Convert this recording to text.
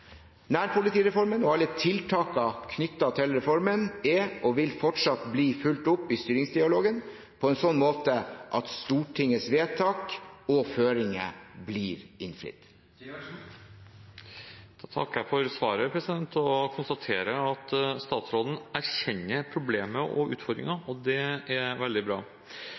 Nærpolitireformen og alle tiltakene knyttet til reformen er og vil fortsatt bli fulgt opp i styringsdialogen på en slik måte at Stortingets vedtak og føringer blir innfridd. Jeg takker for svaret og konstaterer at statsråden erkjenner problemet og utfordringen. Det er veldig bra.